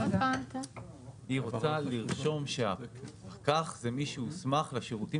היא רוצה לרשום שהפקח זה מי שהוסמך לשירותים